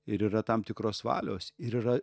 ir yra tam tikros valios ir yra